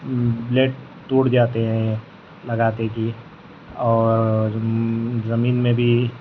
Bullet ٹوٹ جاتے ہیں لگاتے ہی اور زمین میں بھی